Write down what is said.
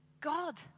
God